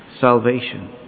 salvation